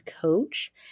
coach